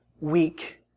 weak